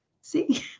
See